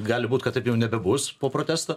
gali būt kad taip jau nebebus po protesto